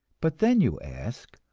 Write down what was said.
but then you ask,